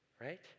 right